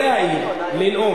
לא להעיר, לנאום.